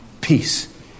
peace